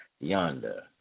yonder